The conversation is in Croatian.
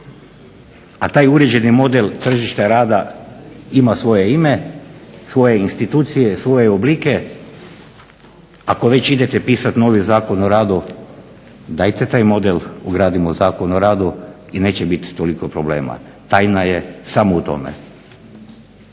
a taj uređeni model tržišta rada ima svoje ime, svoje institucije, svoje oblike. Ako već idete pisat novi Zakon o radu dajte taj model ugradimo u Zakon o radu i neće biti toliko problema. Tajna je samo u tome.